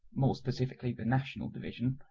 more specifically the national division,